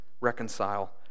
reconcile